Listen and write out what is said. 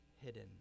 hidden